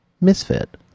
misfit